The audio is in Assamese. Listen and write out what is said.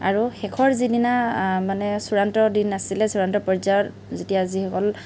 আৰু শেষৰ যিদিনা মানে চূড়ান্ত দিন আছিলে চূড়ান্ত পৰ্যায়ৰ যেতিয়া যিসকল